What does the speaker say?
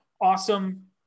awesome